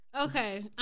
Okay